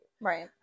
Right